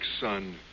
son